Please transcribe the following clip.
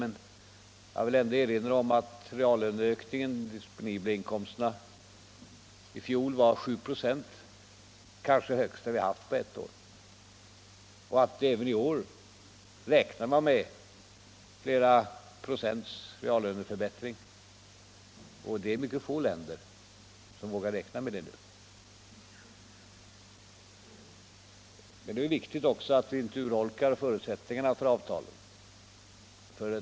Men jag vill ändå erinra om att reallöneökningen - den disponibla inkomstökningen — i fjol var 7 96, kanske den högsta vi haft på ett år, och att man även i år räknar med flera procentsreallöneförbättring. Det är mycket få länder som nu vågar räkna med en sådan förbättring. Men det är också viktigt att vi inte urholkar förutsättningarna för avtalet.